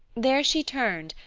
there she turned,